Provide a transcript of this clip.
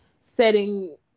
setting